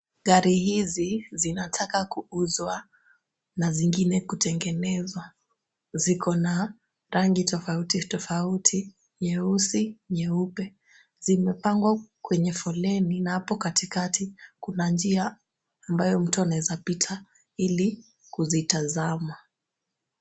Gari hizi zinataka kuuzwa na zingine kutengenezwa. Ziko na rangi tofauti tofauti, nyeusi, nyeupe. Zimepangwa kwenye foleni na hapo katikati, kuna njia ambayo mtu anaeza kupita ili kuzitazama.